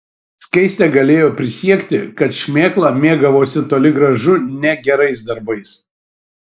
skaistė galėjo prisiekti kad šmėkla mėgavosi toli gražu ne gerais darbais